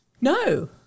no